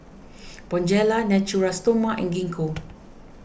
Bonjela Natura Stoma and Gingko